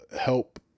help